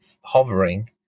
hovering